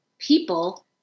People